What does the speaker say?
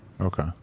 Okay